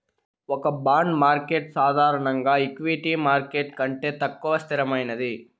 ఒక bond market సాధారణంగా equity market కంటే తక్కువ అస్థిరమైనది